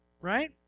right